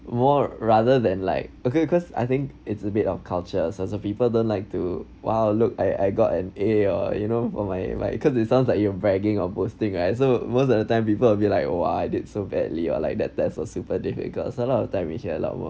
war rather than like okay because I think it's a bit of culture so the people don't like to !wah! look I I got an A or you know for my my because it sounds like you bragging of boasting right so most of the time people will be like !wah! I did so badly or like that that's a super difficult so a lot of which we a lot more